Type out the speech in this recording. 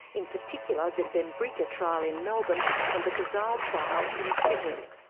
in particular the benbrika trial in melbourne and the khazaal trial in sydney.